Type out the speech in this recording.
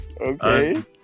Okay